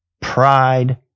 pride